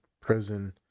prison